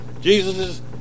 Jesus